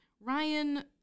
Ryan